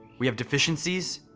we have deficiencies.